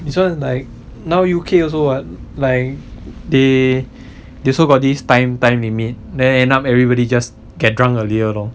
this was like now U_K also [what] like they they also got this time time limit then end up everybody just get drunk earlier lor